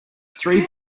three